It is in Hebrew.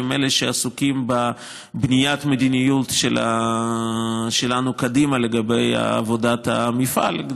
שהם אלה שעסוקים בבניית המדיניות שלנו קדימה לגבי עבודת המפעל,